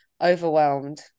overwhelmed